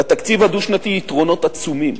לתקציב הדו-שנתי יתרונות עצומים